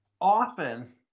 often